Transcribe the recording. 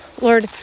Lord